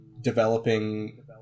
developing